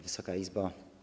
Wysoka Izbo!